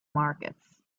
markets